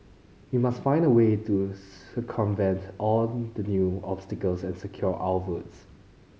we must find a way to circumvent all the new obstacles and secure our votes